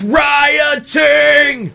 rioting